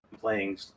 playing